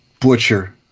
butcher